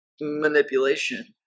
manipulation